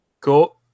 Cool